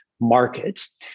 markets